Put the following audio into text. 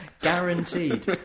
Guaranteed